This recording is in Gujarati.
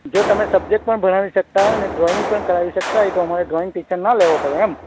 જો તમે સબ્જેક્ટ ભણાવી શકતા હોય ને ડ્રોઈંગ પણ કરાવી શકતા હોય તો અમારે ડ્રોઈંગ ટીચર ન લેવો પડે એમ